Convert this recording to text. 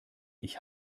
ich